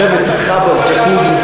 לשבת אתך בג'קוזי,